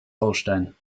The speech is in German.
holstein